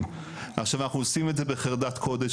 עכשיו אנחנו עושים את זה בחרדת קודש,